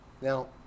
now